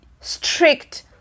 strict